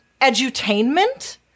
edutainment